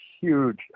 huge